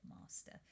master